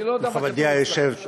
אני לא יודע מה כתוב אצלך שם.